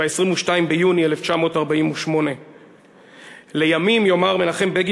ב-22 ביוני 1948. לימים יאמר מנחם בגין